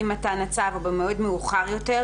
עם מתן הצו או במועד מאוחר יותר,